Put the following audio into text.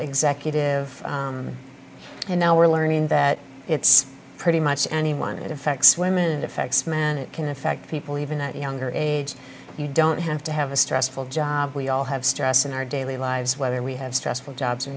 executive and now we're learning that it's pretty much anyone it affects women affects men it can affect people even at a younger age you don't have to have a stressful job we all have stress in our daily lives whether we have stressful jobs